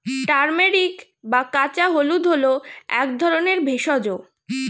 turmeric বা কাঁচা হলুদ হল এক ধরনের ভেষজ